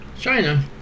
China